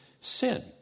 sin